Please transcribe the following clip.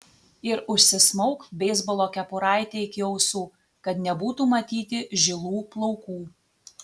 ir užsismauk beisbolo kepuraitę iki ausų kad nebūtų matyti žilų plaukų